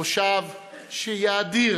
מושב שיאדיר,